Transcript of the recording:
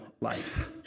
life